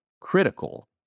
critical